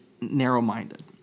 narrow-minded